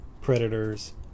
predators